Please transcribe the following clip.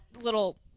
little